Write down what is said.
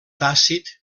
tàcit